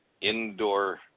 indoor